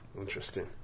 Interesting